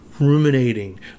ruminating